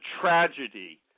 tragedy